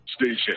Station